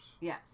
Yes